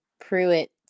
Pruitt